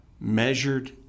measured